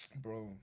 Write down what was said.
Bro